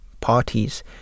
parties